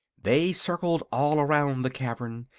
they circled all around the cavern,